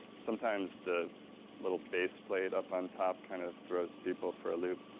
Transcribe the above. sometimes the little base plate up on top kind of throws people for a loop.